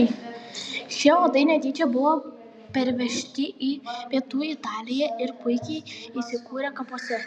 šie uodai netyčia buvo pervežti į pietų italiją ir puikiai įsikūrė kapuose